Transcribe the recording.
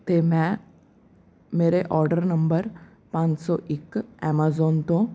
ਅਤੇ ਮੈਂ ਮੇਰੇ ਔਡਰ ਨੰਬਰ ਪੰਜ ਸੌ ਇੱਕ ਐਮਾਜ਼ੋਨ ਤੋਂ